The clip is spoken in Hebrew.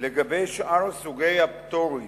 לגבי שאר סוגי הפטורים,